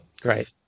Great